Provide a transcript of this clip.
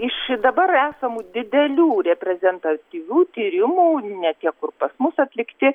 iš dabar esamų didelių reprezentatyvių tyrimų ne tie kur pas mus atlikti